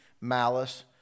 malice